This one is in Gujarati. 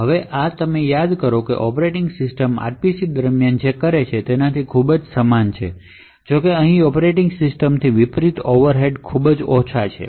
હવે આ તમે યાદ કરો કે ઑપરેટિંગ સિસ્ટમ RPC દરમિયાન જે કરે છે તેનાથી ખૂબ સમાન છે જો કે અહીં ઑપરેટિંગ સિસ્ટમથી વિપરિત ઓવરહેડ્સ ખૂબ ઓછા છે